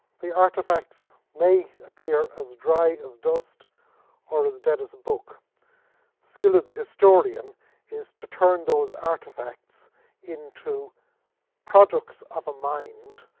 the artefacts may appear as dry as dust or as dead as a book. the skill of the historian is to turn those artefacts into products of a mind,